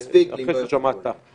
יספיקו לי אם לא יפריעו לי.